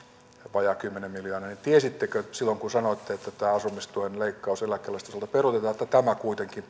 vajaat kymmenen miljoonaa tiesittekö silloin kun sanoitte että tämä asumistuen leikkaus eläkkeensaajilta peruutetaan että tämä kuitenkin